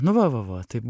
nu va va va taip